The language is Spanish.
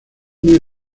muy